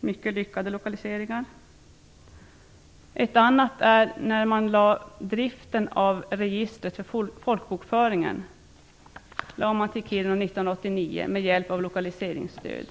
Det är mycket lyckade lokaliseringar. Ett annat exempel är att driften av personregistret för folkbokföringen förlades till Kiruna 1989 med hjälp av lokaliseringsstöd.